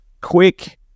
quick